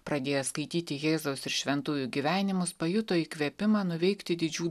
pradėjęs skaityti jėzaus ir šventųjų gyvenimus pajuto įkvėpimą nuveikti didžių